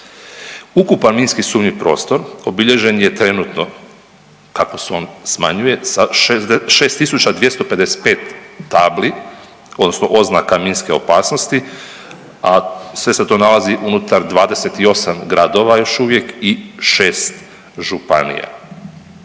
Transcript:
Ukupan minski sumnjiv prostor obilježen je trenutno kako se on smanjuje sa 6 tisuća 255 tabli odnosno oznaka minske opasnosti, a sve se to nalazi unutar 28 gradova još uvijek i 6 županija.